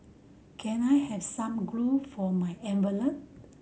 can I have some glue for my envelope